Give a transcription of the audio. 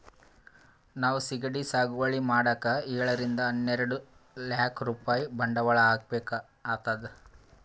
ನಾವ್ ಸಿಗಡಿ ಸಾಗುವಳಿ ಮಾಡಕ್ಕ್ ಏಳರಿಂದ ಹನ್ನೆರಡ್ ಲಾಕ್ ರೂಪಾಯ್ ಬಂಡವಾಳ್ ಹಾಕ್ಬೇಕ್ ಆತದ್